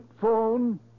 phone